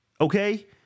okay